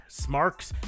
Smarks